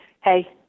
hey